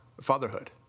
fatherhood